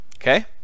Okay